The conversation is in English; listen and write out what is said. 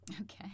Okay